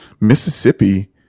Mississippi